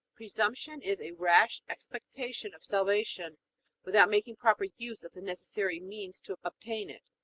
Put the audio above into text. presumption is a rash expectation of salvation without making proper use of the necessary means to obtain it.